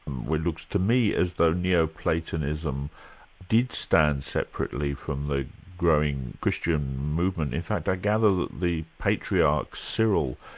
well it looks to me, as though neo-platonism did stand separately from the growing christian movement. in fact i gather that the patriarch, cyril,